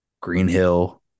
Greenhill